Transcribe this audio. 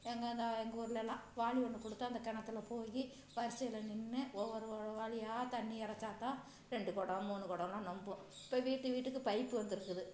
எங்கேன்னா எங்கள் ஊர்லலாம் வாளி ஒன்று கொடுத்து அந்த கிணத்துல போய் வரிசையில் நின்று ஒவ்வொரு வாளியா தண்ணி இறச்சாத் தான் ரெண்டு குடம் மூணு குடம்லாம் ரொம்பும் இப்போ வீட்டுக்கு வீட்டுக்கு பைப்பு வந்துருக்குது